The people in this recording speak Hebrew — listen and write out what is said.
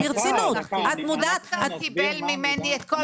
ברצינות, את מודעת --- הוא קיבל ממני את כל